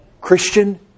Christian